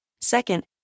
Second